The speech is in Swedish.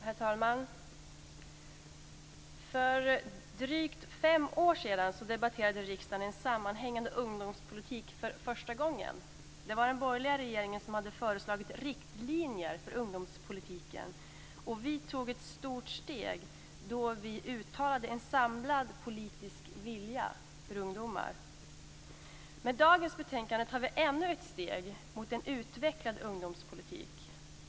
Herr talman! För drygt fem år sedan debatterade riksdagen en sammanhängande ungdomspolitik för första gången. Det var den borgerliga regeringen som hade föreslagit riktlinjer för ungdomspolitiken, och vi tog ett stort steg då vi uttalade en samlad politisk vilja för ungdomar. Med dagens betänkande tar vi ännu ett steg mot en utvecklad ungdomspolitik.